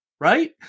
right